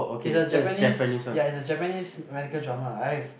is the Japanese yeah is the Japanese medical drama I've